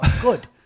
good